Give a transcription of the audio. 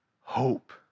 Hope